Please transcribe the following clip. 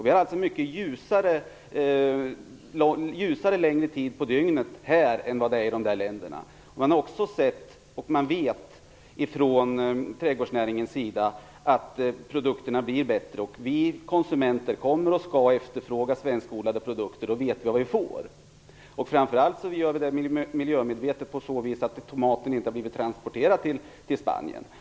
Vi har det mycket ljusare längre tid under dygnet här än vad det är i Medelhavsländerna. Från trädgårdsnäringens sida vet man att produkterna blir bättre här. Vi konsumenter kommer att och skall efterfråga svenskodlade produkter. Då vet vi vad vi får. Framför allt är detta miljömedvetet på så vis att tomaten inte har blivit transporterad från Spanien.